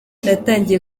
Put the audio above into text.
natangiye